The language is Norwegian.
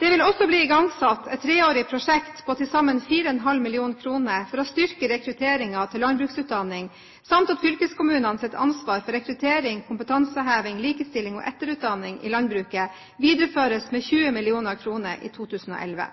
Det vil også bli igangsatt et treårig prosjekt på til sammen 4,5 mill. kr for å styrke rekrutteringen til landbruksutdanning samt at fylkeskommunenes ansvar for rekruttering, kompetanseheving, likestilling og etterutdanning i landbruket videreføres med 20